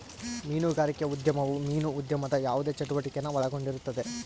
ಮೀನುಗಾರಿಕೆ ಉದ್ಯಮವು ಮೀನು ಉದ್ಯಮದ ಯಾವುದೇ ಚಟುವಟಿಕೆನ ಒಳಗೊಂಡಿರುತ್ತದೆ